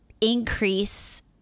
increase